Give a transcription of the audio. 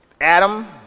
Adam